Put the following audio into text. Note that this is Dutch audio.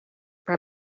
waar